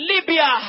Libya